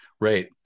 Right